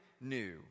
new